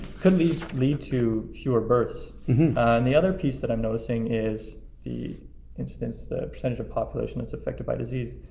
could be lead to fewer births. and the other piece that i'm noticing is the incidence, the percentage of population that's affected by disease.